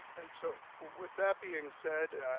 and so with that being said,